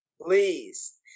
Please